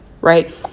right